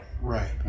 right